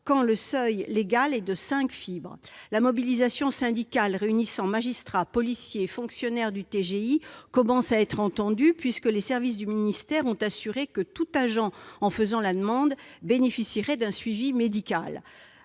que le seuil réglementaire est de 5 fibres par litre. La mobilisation syndicale réunissant magistrats, policiers et fonctionnaires du TGI commence à être entendue, puisque les services du ministère ont assuré que tout agent en faisant la demande bénéficierait d'un suivi médical.